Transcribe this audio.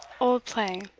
old play.